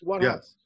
Yes